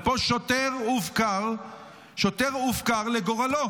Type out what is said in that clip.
פה הופקר שוטר לגורלו,